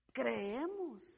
creemos